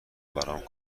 برایم